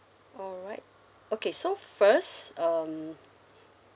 alright okay so first um